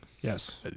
yes